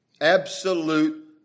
Absolute